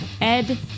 Ed